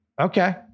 Okay